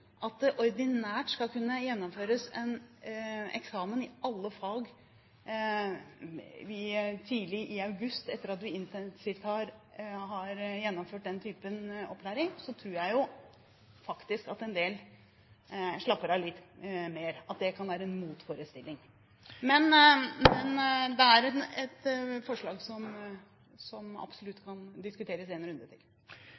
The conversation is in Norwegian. at det ordinært skal kunne gjennomføres en eksamen i alle fag tidlig i august, etter at man har gjennomført en slik type intensiv opplæring, så tror jeg jo faktisk at en del slapper av litt mer, at dét kan være en motforestilling. Men det er et forslag som absolutt